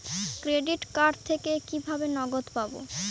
Credit card থেকে আমি কিভাবে নগদ পাব?